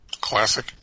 Classic